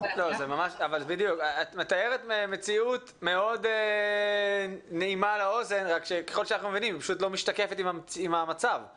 את מתארת מציאות מאוד נעימה לאוזן אבל אנחנו מבינים שהמצב לא כך.